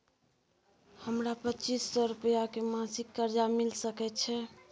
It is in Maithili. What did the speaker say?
हमरा पच्चीस सौ रुपिया के मासिक कर्जा मिल सकै छै?